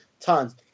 tons